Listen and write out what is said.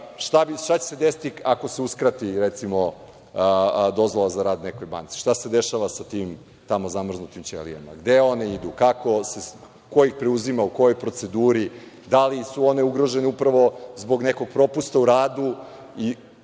Šta će se desiti ako se uskrati recimo, dozvola za rad nekoj banci, šta se dešava sa tim zamrznutim ćelijama? Gde one idu? Ko ih preuzima, u kojoj proceduri, da li su one ugrožene upravo zbog nekog propusta u radu?S